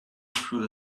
through